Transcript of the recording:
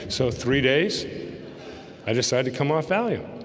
so three days i decided to come off valium.